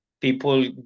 people